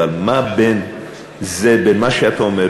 אבל מה בין מה שאתה אומר,